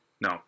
No